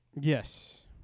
yes